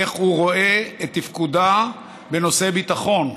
איך הוא רואה את תפקודה בנושא ביטחון,